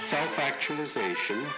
Self-actualization